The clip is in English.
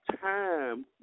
time